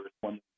one